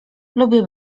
lubię